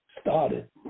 started